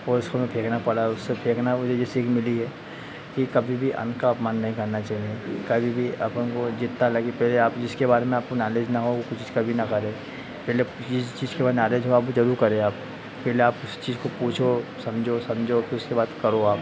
और उसको मैं फेंकना पड़ा उसे फेंकना से मुझे एक सीख मिली है कि कभी भी अन्न का अपमान नहीं करना चाहिए कभी भी अपन को जितना लगे पहले आप जिसके बारे में आपको नालेज ना हो वह कोशिश कभी न करें पहले जिस चीज़ के बारे में नालेज हो वह जरूर करें आप पहले अप उस चीज़ को पूछों समझो समझो फिर उसके बाद करो